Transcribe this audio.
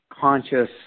conscious